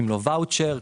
ואוצ'ר,